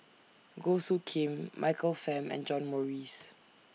Goh Soo Khim Michael Fam and John Morrice